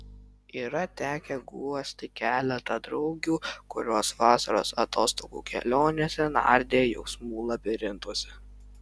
yra tekę guosti keletą draugių kurios vasaros atostogų kelionėse nardė jausmų labirintuose